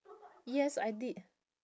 yes I did